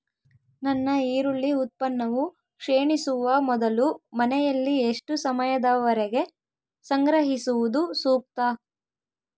ನನ್ನ ಈರುಳ್ಳಿ ಉತ್ಪನ್ನವು ಕ್ಷೇಣಿಸುವ ಮೊದಲು ಮನೆಯಲ್ಲಿ ಎಷ್ಟು ಸಮಯದವರೆಗೆ ಸಂಗ್ರಹಿಸುವುದು ಸೂಕ್ತ?